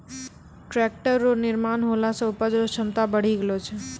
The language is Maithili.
टैक्ट्रर रो निर्माण होला से उपज रो क्षमता बड़ी गेलो छै